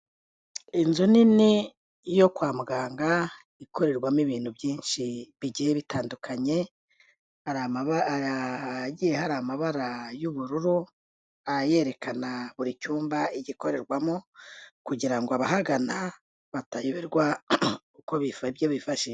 Inzu nini yo kwa muganga ikorerwamo ibintu byinshi bigiye bitandukanye, hari ahagiye hari amabara y'ubururu yerekana buri cyumba igikorerwamo kugira ngo abahagana batayoberwa ibyo bifashisha.